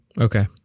Okay